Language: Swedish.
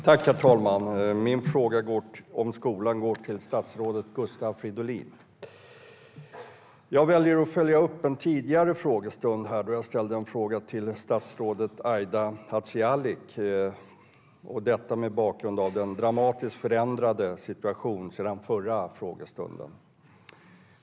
Herr talman! Min fråga om skolan går till statsrådet Gustav Fridolin. Jag väljer att följa upp en tidigare frågestund då jag ställde en fråga till statsrådet Aida Hadzialic. Jag gör detta mot bakgrund av den dramatiskt förändrade situationen sedan den frågestunden.